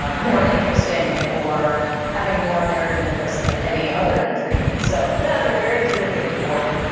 ah more interesting or having more narrative interests than any other entry. so yeah they're very deliberately boring.